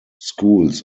schools